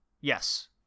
Yes